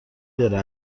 داره